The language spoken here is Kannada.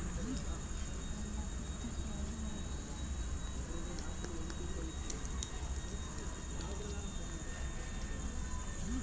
ಕಡಲೆಕಾಯಿ ಕೆ.ಜಿಗೆ ಸುಮಾರು ಅರವತ್ತರಿಂದ ಎಂಬತ್ತು ರೂಪಾಯಿವರೆಗೆ ಬೇಡಿಕೆ ಇದೆ